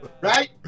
Right